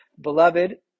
beloved